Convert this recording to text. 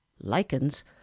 lichens